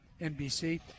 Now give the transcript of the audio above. NBC